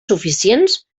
suficients